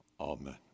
Amen